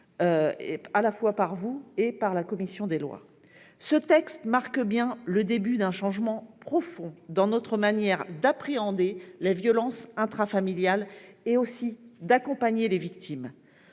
aujourd'hui par la commission des lois. Ce texte marque bien le début d'un changement profond dans notre manière d'appréhender les violences intrafamiliales et d'accompagner les victimes.